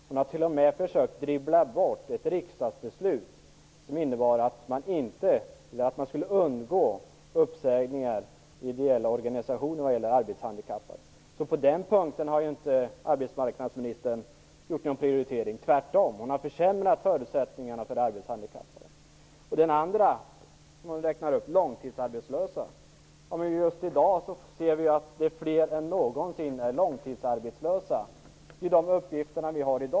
Hon har t.o.m. försökt att dribbla bort ett riksdagsbeslut som innebar att man skulle undgå uppsägningar i ideella organisationer vad gäller arbetshandikappade. På den punkten har inte arbetsmarknadsministern gjort någon prioritering. Tvärtom, hon har försämrat förutsättningarna för de arbetshandikappade. Den andra gruppen i hennes uppräkning var de långtidsarbetslösa. Just av de uppgifter vi har i dag ser vi att fler än någonsin är långtidsarbetslösa.